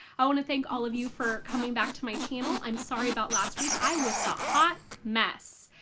i want to thank all of you for coming back to my channel. i'm sorry about last week i was a hot mess.